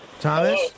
Thomas